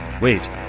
Wait